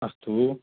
अस्तु